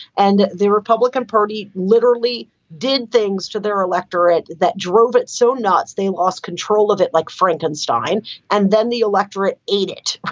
and the republican party literally did things to their electorate that drove it so nuts. they lost control of it like frankenstein and then the electorate eat it.